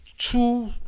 Two